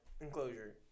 enclosure